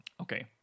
Okay